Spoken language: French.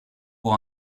pour